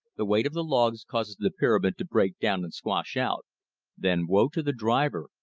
the weight of the logs causes the pyramid to break down and squash out then woe to the driver,